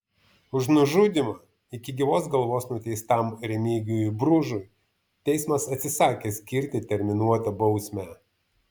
už nužudymą iki gyvos galvos nuteistam remigijui bružui teismas atsisakė skirti terminuotą bausmę